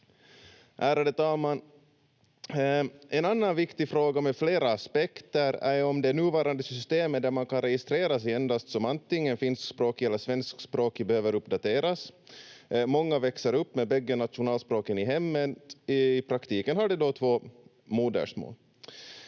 Ärade talman! En annan viktig fråga med flera aspekter är ju om det nuvarande systemet där man kan registrera sig endast som antingen finskspråkig eller svenskspråkig behöver uppdateras. Många växer upp med bägge nationalspråken i hemmet — i praktiken har de då två modersmål.